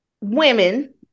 women